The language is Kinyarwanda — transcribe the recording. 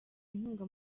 inkunga